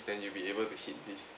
then you be able to hit this